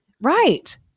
right